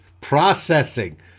processing